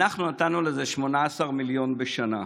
אנחנו נתנו לזה 18 מיליון שקל בשנה,